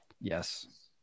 Yes